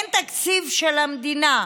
אין תקציב של המדינה.